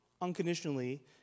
unconditionally